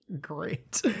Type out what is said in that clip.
great